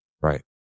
right